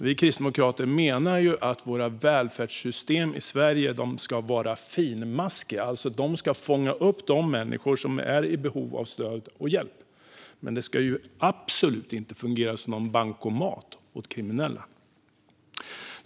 Vi kristdemokrater menar att våra svenska välfärdssystem ska vara finmaskiga och fånga upp de människor som är i behov av stöd och hjälp. De ska absolut inte fungera som en bankomat för kriminella.